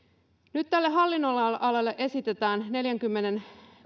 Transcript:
nyt tälle hallinnonalalle esitetään neljänkymmenenkolmen